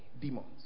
demons